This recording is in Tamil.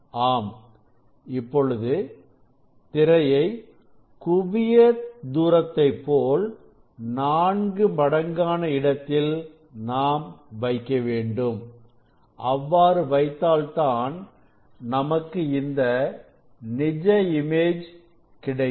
ஆம் இப்பொழுது திரையை குவிய தூரத்தைப் போல நான்கு மடங்கான இடத்தில் நாம் வைக்க வேண்டும் அவ்வாறு வைத்தால் தான் நமக்கு இந்த நிஜ இமேஜ் கிடைக்கும்